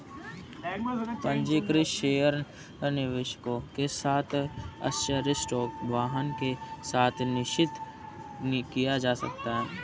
पंजीकृत शेयर निवेशकों के साथ आश्चर्य स्टॉक वाहन के साथ निषिद्ध किया जा सकता है